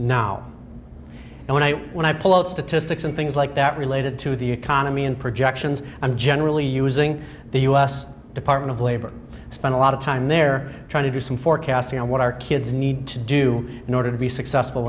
now and when i when i pull out statistics and things like that related to the economy and projections i'm generally using the u s department of labor spent a lot of time there trying to do some forecasting on what our kids need to do in order to be successful